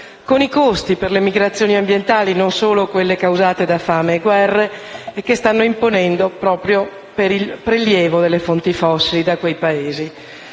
con i costi per le migrazioni ambientali - non solo quelle causate da fame e guerre - che si stanno imponendo proprio per il prelievo delle fonti fossili da quei Paesi.